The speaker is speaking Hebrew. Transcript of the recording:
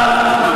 אבל,